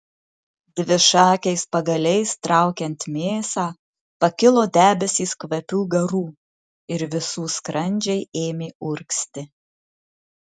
dvišakiais pagaliais traukiant mėsą pakilo debesys kvapių garų ir visų skrandžiai ėmė urgzti